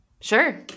Sure